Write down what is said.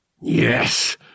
Yes